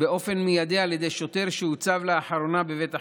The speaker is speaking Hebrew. באופן מיידי על ידי שוטר שהוצב לאחרונה בבית החולים,